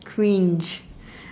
cringe